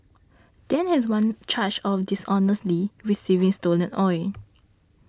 Dang has one charge of dishonestly receiving stolen oil